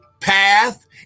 Path